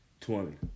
Twenty